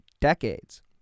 decades